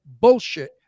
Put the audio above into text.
bullshit